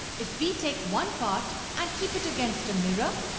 if we take one part and keep it against a mirror,